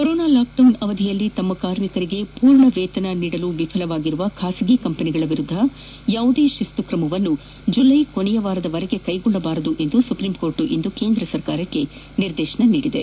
corona lockdown ಅವಧಿಯಲ್ಲಿ ತಮ್ಮ ಕಾರ್ಮಿಕರಿಗೆ ಪೂರ್ಣ ವೇತನ ನೀಡಲು ವಿಫಲವಾಗಿರುವ ಖಾಸಗಿ ಕಂಪನಿಗಳ ವಿರುದ್ಧ ಯಾವುದೇ ಶಿಸ್ತು ತ್ರಮವನ್ನು ಜುಲೈ ಕೊನೆಯವಾರದವರೆಗೆ ಕೈಗೊಳ್ಳಬಾರದು ಎಂದು ಸುಪ್ರೀಂಕೋರ್ಟ್ ಇಂದು ಸರ್ಕಾರಕ್ಕೆ ನಿರ್ದೇಶಿಸಿದೆ